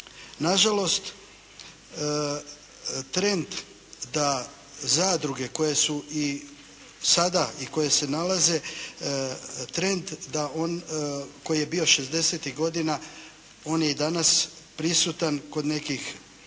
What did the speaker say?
Nažalost, trend da zadruge koje su i sada i koje se nalaze, trend koji je bio šezdesetih godina on je i danas prisutan u nekim